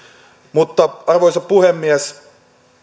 edelleen arvoisa puhemies